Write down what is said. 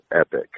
epic